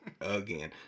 again